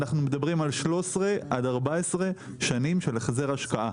אנחנו מדברים על 13 עד 14 שנים של החזר השקעה.